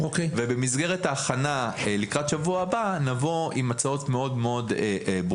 במסגרת ההכנה לקראת שבוע הבא נבוא עם הצעות ברורות,